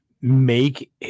make